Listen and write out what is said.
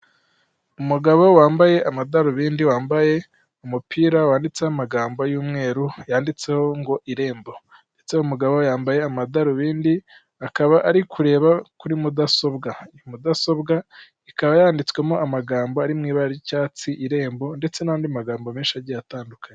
Umugabo wambaye amadarubindi, wambaye umupira wanditseho amagambo y'umweru, yanditseho ngo Irembo ndetse uwo mugabo yambaye amadarubindi, akaba ari kureba kuri mudasobwa, iyi mudasobwa ikaba yanditswemo amagambo ari mu ibara ry'icyatsi, Irembo ndetse n'andi magambo menshi agiye atandukanye.